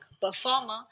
performer